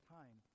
time